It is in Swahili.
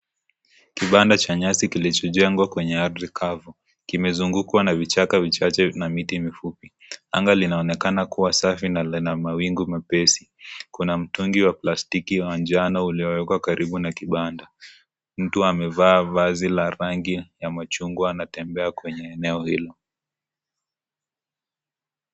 Kibanda cha nyasi kilichojengwa kwenye ardhi kavu. Kimezungukwa na vijaka vichache na miti mifupi. Anga linaonekana kuwa safi na lina mawingu mepesi. Kuna mtungi wa plastiki ulio wa njano uliowekwa karibu na kibanda. Mtu amevaa vazi la rangi ya machungwa na kutembea kwenye eneo hilo.